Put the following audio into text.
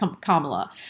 Kamala